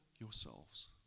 yourselves